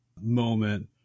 moment